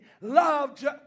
loved